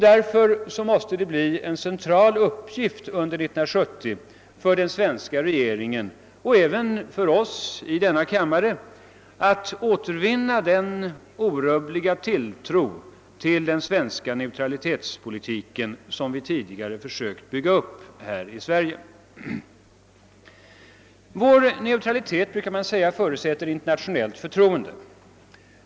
Därför måste det bli en central uppgift under 1970 för den svenska regeringen och även för oss i denna kammare att återvinna den orubbliga tilltro till den svenska neutralitetspolitiken som vi tidigare försökt bygga upp här i Sverige. Man brukar säga att vår neutralitet förutsätter internationellt förtroende.